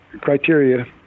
criteria